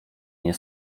nie